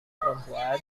perempuan